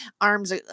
arms